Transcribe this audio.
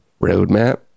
roadmap